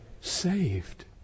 saved